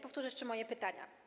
Powtórzę jeszcze moje pytania.